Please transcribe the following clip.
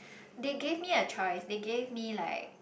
they gave me a choice they gave me like